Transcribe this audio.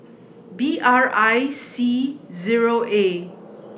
B R one C zero A